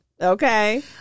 Okay